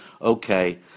Okay